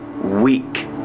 weak